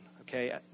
okay